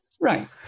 Right